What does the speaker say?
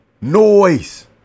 noise